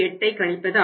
8 ஆகும்